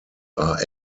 are